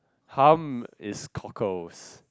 hum is cockles